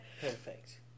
perfect